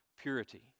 purity